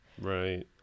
Right